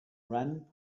ran